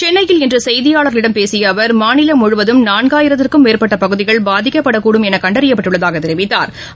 சென்னையில் இன்று செய்தியாளர்களிடம் பேசிய அவர் மாநிலம் முழுவதும் நான்காயிரத்திற்கும் மேற்பட்ட பகுதிகள் பாதிக்கப்படக்கூடும் என கண்டறியப்பட்டுள்ளதாக தெரிவித்தாா்